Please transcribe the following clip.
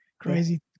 crazy